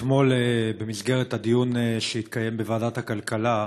אתמול, במסגרת הדיון שהתקיים בוועדת הכלכלה,